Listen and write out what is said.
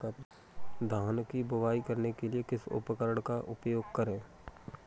धान की बुवाई करने के लिए किस उपकरण का उपयोग करें?